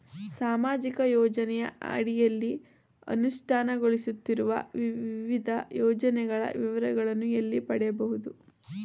ಸಾಮಾಜಿಕ ಯೋಜನೆಯ ಅಡಿಯಲ್ಲಿ ಅನುಷ್ಠಾನಗೊಳಿಸುತ್ತಿರುವ ವಿವಿಧ ಯೋಜನೆಗಳ ವಿವರಗಳನ್ನು ಎಲ್ಲಿ ಪಡೆಯಬಹುದು?